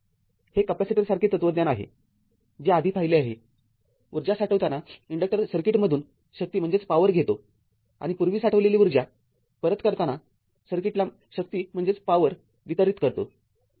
हे कॅपेसिटरसारखे तत्त्वज्ञान आहे जे आधी पाहिले आहे ऊर्जा साठवताना इन्डक्टर सर्किटमधून शक्ती घेतो आणि पूर्वी साठवलेली ऊर्जा परत करताना सर्किटला शक्ती वितरित करतो